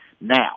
now